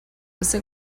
você